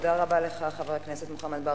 תודה רבה לך, חבר הכנסת מוחמד ברכה.